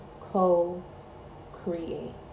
co-create